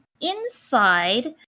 inside